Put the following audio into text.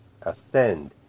ascend